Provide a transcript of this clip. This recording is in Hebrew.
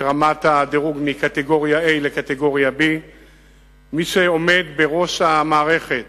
רמת הדירוג מקטגוריה A לקטגוריה B. מי שעומד בראש המערכת